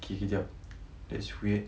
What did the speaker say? K kejap that's weird